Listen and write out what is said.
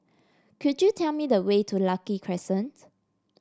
could you tell me the way to Lucky Crescent